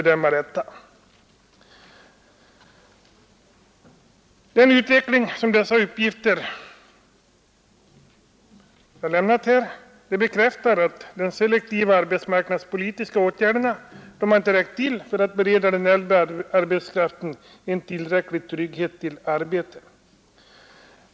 Den utveckling, som dessa uppgifter jag lämnat här visar på, bekräftar att de selektiva arbetsmark nadspolitiska åtgärderna inte har räckt till för att bereda den äldre arbetskraften tillräcklig trygghet till arbete.